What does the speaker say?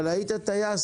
אבל היית טייס,